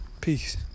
Peace